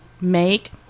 make